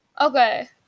Okay